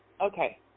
Okay